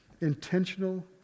intentional